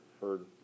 heard